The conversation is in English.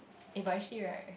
eh but actually right